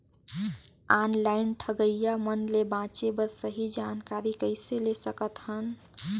Online ठगईया मन ले बांचें बर सही जानकारी कइसे ले सकत हन?